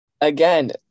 Again